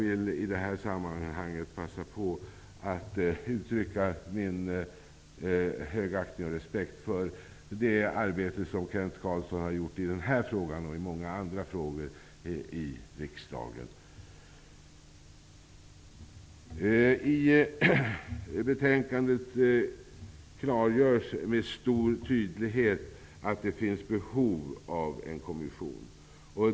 I det här sammanhanget vill jag passa på att uttrycka min högaktning och respekt för det arbete som Kent Carlsson gjort i den här frågan och i många andra frågor i riksdagen. I betänkandet klargörs med stor tydlighet att det finns behov av en kommission.